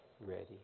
ready